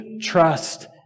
trust